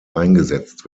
eingesetzt